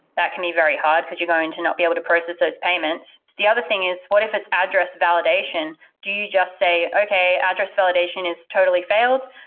that can be very hard because you're going to not be able to process those payments. the other thing is what is it's address validation? do you just say, okay. address validation is totally failed.